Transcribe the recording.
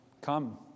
come